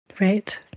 Right